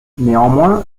néanmoins